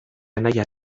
anaia